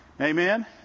amen